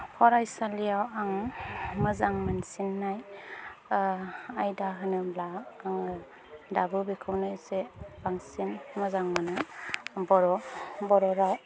फरायसालियाव आङो मोजां मोनसिननाय आयदा होनब्ला आङो दाबो बेखौनो एसे बांसिन मोजां मोनो बर' बर' राव